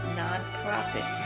nonprofit